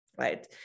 right